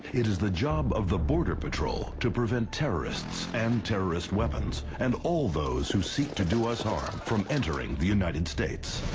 it is the job of the border patrol to prevent terrorists and terrorist weapons, and all those who seek to do us harm, from entering the united states.